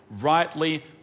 rightly